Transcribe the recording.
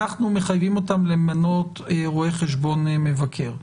אנחנו מחייבים אותם למנות רואה חשבון מבקר.